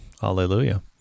hallelujah